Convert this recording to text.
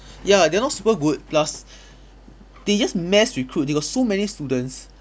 ya they're not super good plus they just mass recruit they got so many students